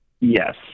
Yes